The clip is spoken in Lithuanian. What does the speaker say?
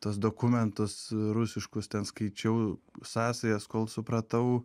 tuos dokumentus rusiškus ten skaičiau sąsajas kol supratau